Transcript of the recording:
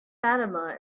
fatima